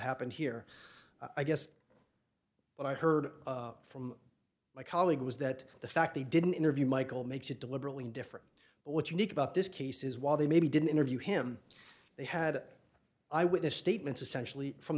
happened here i guess what i heard from my colleague was that the fact they didn't interview michael makes it deliberately different but what unique about this case is while they maybe didn't interview him they had eyewitness statements essentially from